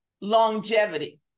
longevity